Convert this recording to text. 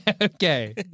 Okay